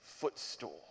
footstool